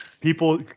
People